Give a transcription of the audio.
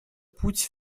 путь